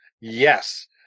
Yes